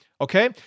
okay